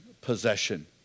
possession